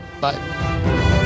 Bye